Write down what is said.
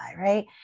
Right